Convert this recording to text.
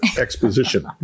exposition